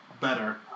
better